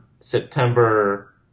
September